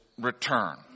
return